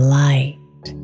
light